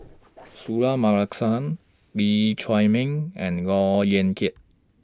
Suratman Markasan Lee Chiaw Meng and Look Yan Kit